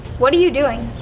what are you doing?